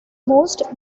most